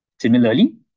Similarly